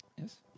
Yes